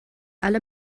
alle